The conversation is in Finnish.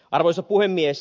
arvoisa puhemies